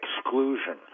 exclusion